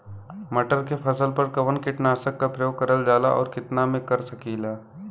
मटर के फसल पर कवन कीटनाशक क प्रयोग करल जाला और कितना में कर सकीला?